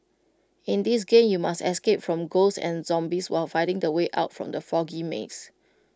in this game you must escape from ghosts and zombies while finding the way out from the foggy maze